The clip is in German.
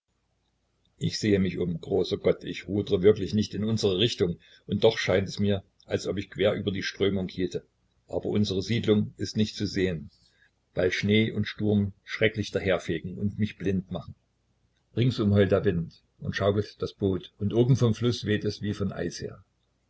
ich sehe mich um großer gott ich rudere wirklich nicht in unsere richtung und doch scheint es mir daß ich richtig quer über die strömung halte aber unsere siedlung ist nicht zu sehen weil schnee und sturm schrecklich daherfegen und mich blind machen ringsum heult der wind und schaukelt das boot und oben vom fluß weht es wie von eis her